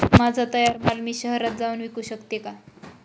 माझा तयार माल मी शहरात जाऊन विकू शकतो का?